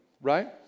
right